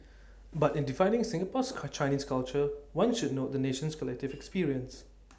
but in defining Singapore's cut Chinese culture one should note the nation's collective experience